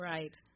Right